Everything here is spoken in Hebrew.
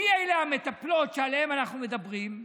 מי אלה המטפלות שעליהן אנחנו מדברים.